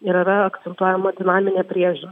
ir yra akcentuojama dinaminė priežiūra